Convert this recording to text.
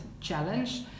challenge